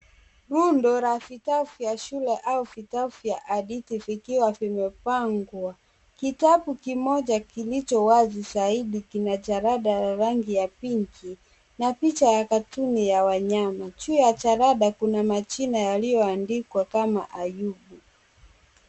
Rundo la vitabu vya shule au vitabu vya hadithi vikiwa vimepangwa. Kitabu kimoja kilicho wazi zaidi kina jalada la rangi ya pinki na picha ya katuni ya wanyama. Juu ya jalada kuna majina yaliyoandikwa kama Ayubu.